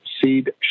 Seed